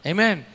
Amen